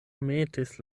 metis